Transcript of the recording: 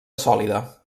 sòlida